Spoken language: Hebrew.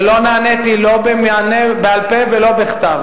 ולא נעניתי לא בעל-פה ולא בכתב,